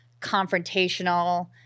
confrontational